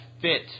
fit